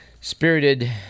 spirited